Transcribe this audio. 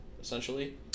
essentially